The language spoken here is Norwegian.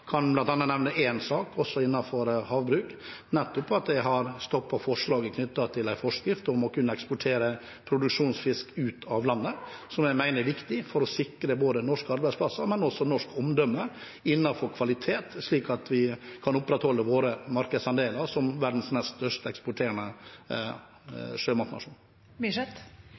nevne én sak, også innenfor havbruk: Vi har nettopp stoppet forslaget knyttet til en forskrift om å kunne eksportere produksjonsfisk ut av landet, noe jeg mener er viktig for å sikre både norske arbeidsplasser og det norske omdømmet innen kvalitet, slik at vi kan opprettholde våre markedsandeler som verdens nest største eksporterende sjømatnasjon. Cecilie Myrseth